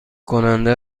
کننده